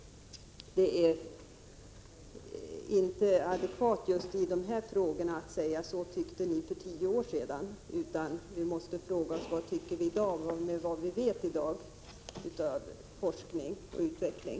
Det är inte adekvat just när det gäller dessa frågor att säga: Så tyckte ni för tio år sedan. Man måste i stället konstatera: Vi har dessa åsikter i dag med hänsyn till vad vi nu vet — som ett resultat av forskning och utveckling.